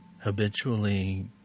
habitually